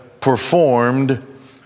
performed